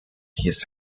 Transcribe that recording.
his